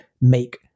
make